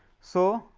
so,